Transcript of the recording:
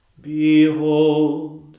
Behold